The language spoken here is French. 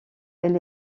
elle